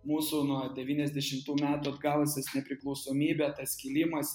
mūsų nuo devyniasdešimtų metų atgavusios nepriklausomybę tas kilimas